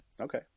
okay